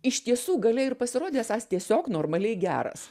iš tiesų galėjo ir pasirodė esąs tiesiog normaliai geras